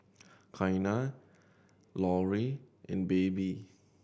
Qiana Laurie and Baby